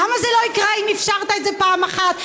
למה זה לא יקרה אם אפשרת את זה פעם אחת?